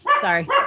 sorry